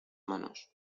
manos